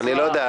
אני לא יודע.